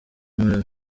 malawi